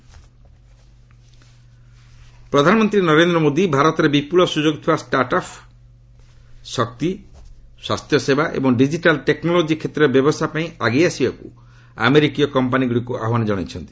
PM US ପ୍ରଧାନମନ୍ତ୍ରୀ ନରେନ୍ଦ୍ର ମୋଦି ଭାରତରେ ବିପୁଳ ସୁଯୋଗ ଥିବା ଷ୍ଟାର୍ଟ୍ ଅଫ୍ ଶକ୍ତି ସ୍ୱାସ୍ଥ୍ୟସେବା ଏବଂ ଡିଜିଟାଲ୍ ଟେକ୍ନୋଲୋଜି କ୍ଷେତ୍ରରେ ବ୍ୟବସାୟ ପାଇଁ ଆଗେଇ ଆସିବାକୁ ଆମେରିକୀୟ କମ୍ପାନୀଗୁଡ଼ିକୁ ଆହ୍ୱାନ ଜଣାଇଛନ୍ତି